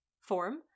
form